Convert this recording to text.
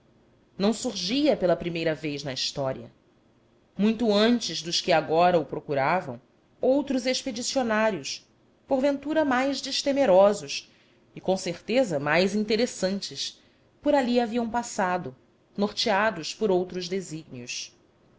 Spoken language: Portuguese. não surgia pela primeira vez na história muito antes dos que agora o procuravam outros expedicionários porventura mais destemerosos e com certeza mais interessantes por ali haviam passado norteados por outros desígnios